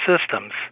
systems